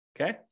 Okay